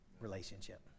relationship